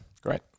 Great